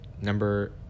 Number